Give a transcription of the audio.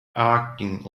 acting